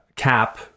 Cap